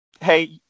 hey